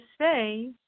say